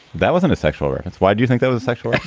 that wasn't a sexual reference. why do you think that was sexual?